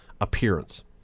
appearance